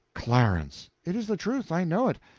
clarence! it is the truth. i know it.